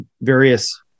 various